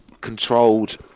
controlled